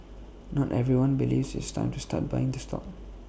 not everyone believes it's time to start buying the stock